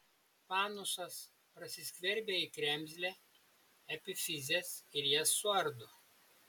panusas prasiskverbia į kremzlę epifizes ir jas suardo